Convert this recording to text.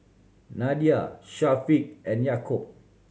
Nadia Syafiq and Yaakob